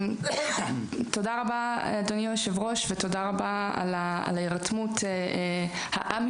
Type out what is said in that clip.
תודה רבה אדוני היושב-ראש ותודה רבה על ההירתמות הא-מפלגתית,